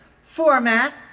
format